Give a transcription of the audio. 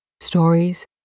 stories